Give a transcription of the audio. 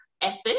ethic